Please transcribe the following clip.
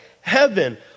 heaven